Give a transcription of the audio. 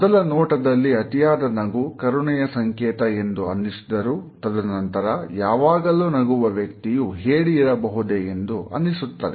ಮೊದಲ ನೋಟದಲ್ಲಿ ಅತಿಯಾದ ನಗು ಕರುಣೆಯ ಸಂಕೇತ ಎಂದು ಅನ್ನಿಸಿದರೂ ತದನಂತರ ಯಾವಾಗಲೂ ನಗುವ ವ್ಯಕ್ತಿಯು ಹೇಡಿ ಇರಬಹುದೇ ಎಂದು ಅನಿಸುತ್ತದೆ